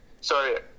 Sorry